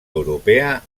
europea